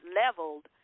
leveled